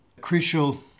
crucial